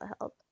help